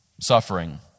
suffering